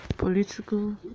Political